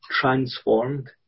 transformed